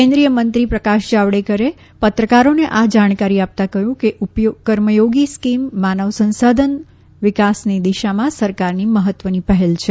કેન્રિષેય મંત્રી પ્રકાશ જાવડેકરે પત્રકારોને આ જાણકારી આપતાં કહ્યું કે કર્મયોગી સ્કિમ માનવસંસાધન વિકાસની દિશામાં સરકારની મહત્વની પહેલ છે